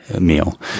meal